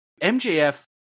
MJF